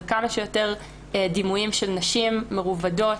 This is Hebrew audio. כמה שיותר דימויים של נשים מרובדות,